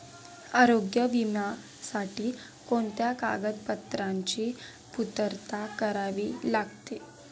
आरोग्य विम्यासाठी कोणत्या कागदपत्रांची पूर्तता करावी लागते?